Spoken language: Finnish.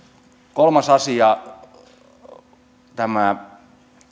kolmas asia tämä